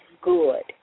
good